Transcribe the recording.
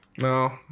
no